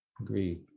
agree